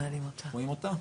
מעלים אותה.